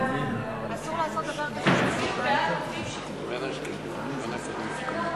ההצעה להעביר את הצעת חוק למניעת הטרדה מינית (תיקון,